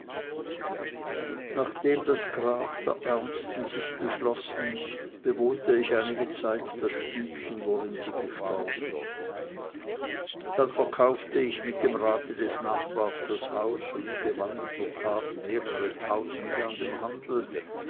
nachdem das grab der ärmsten sich geschlossen bewohnte ich einige zeit das stübchen worin sie gestorben dann verkaufte ich mit dem rate des nachbars das haus und gewann in der tat mehrere tausende an dem handel